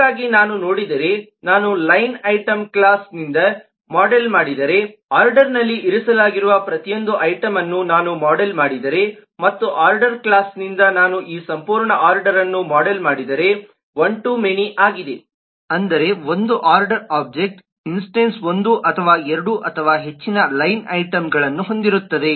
ಹಾಗಾಗಿ ನಾನು ನೋಡಿದರೆ ನಾನು ಲೈನ್ ಐಟಂ ಕ್ಲಾಸ್ನಿಂದ ಮೋಡೆಲ್ ಮಾಡಿದರೆ ಆರ್ಡರ್ನಲ್ಲಿ ಇರಿಸಲಾಗಿರುವ ಪ್ರತಿಯೊಂದು ಐಟಂಅನ್ನು ನಾನು ಮೋಡೆಲ್ ಮಾಡಿದರೆ ಮತ್ತು ಆರ್ಡರ್ ಕ್ಲಾಸ್ನಿಂದ ನಾನು ಈ ಸಂಪೂರ್ಣ ಆರ್ಡರ್ಅನ್ನು ಮೋಡೆಲ್ ಮಾಡಿದರೆ ಅವುಗಳ ನಡುವಿನ ರಿಲೇಶನ್ಶಿಪ್ ಒನ್ ಟು ಮೆನಿ ಆಗಿದೆ ಅಂದರೆ ಒಂದು ಆರ್ಡರ್ ಒಬ್ಜೆಕ್ಟ್ ಇನ್ಸ್ಟೆನ್ಸ್ ಒಂದು ಅಥವಾ ಎರಡು ಅಥವಾ ಹೆಚ್ಚಿನ ಲೈನ್ ಐಟಂ ಗಳನ್ನು ಹೊಂದಿರುತ್ತದೆ